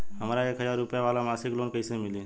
हमरा एक हज़ार रुपया वाला मासिक लोन कईसे मिली?